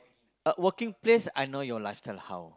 uh working place I know your lifestyle how